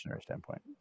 standpoint